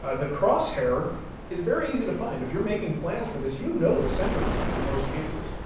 ah the crosshair is very easy to find. if you're making plans for this, you know the center point in most cases,